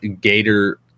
Gator